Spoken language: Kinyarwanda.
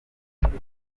ukundi